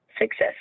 success